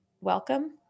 welcome